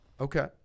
Okay